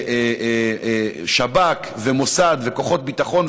ושב"כ ומוסד וכוחות ביטחון,